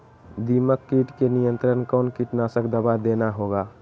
दीमक किट के नियंत्रण कौन कीटनाशक दवा देना होगा?